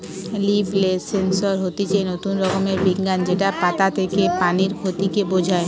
leaf sensor হতিছে নতুন রকমের বিজ্ঞান যেটা পাতা থেকে পানির ক্ষতি কে বোঝায়